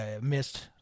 missed